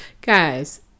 Guys